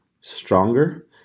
Stronger